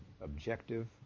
objective